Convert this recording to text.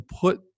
put